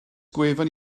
gwefan